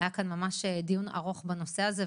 היה כאן ממש דיון ארוך בנושא הזה,